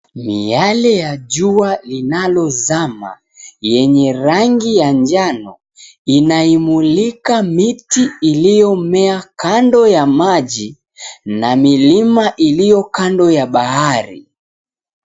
Miale ya jua linalozama, yenye rangi ya njano, inaimulika miti iliyomea kando ya maji na milima iliyo kando ya bahari.